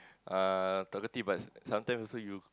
uh talkative but sometimes also you